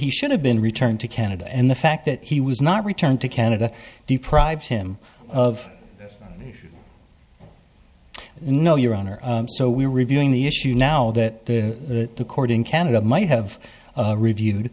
he should have been returned to canada and the fact that he was not returned to canada deprived him of no your honor so we're reviewing the issue now that the court in canada might have reviewed